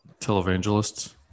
televangelists